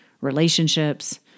relationships